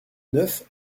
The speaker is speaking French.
neuf